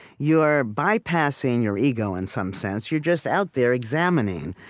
you're bypassing your ego, in some sense. you're just out there examining,